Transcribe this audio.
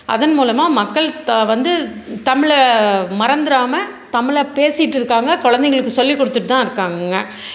அதன்மூலமாக மக்கள் வந்து தமிழை மறந்துறாம தமிழை பேசிகிட்டு இருக்காங்க குழந்தைங்களுக்கு சொல்லிக்கொடுத்துட்டுதான் இருக்காங்கங்க